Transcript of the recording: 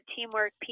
Teamwork